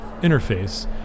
interface